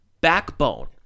backbone